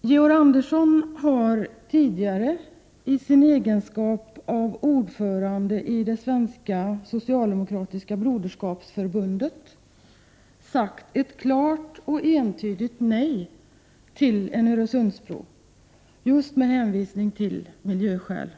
Georg Andersson har tidigare i sin egenskap av ordförande i det svenska socialdemokratiska broderskapsförbundet sagt ett klart och entydigt nej till en Öresundsbro, just med hänvisning till miljöskäl.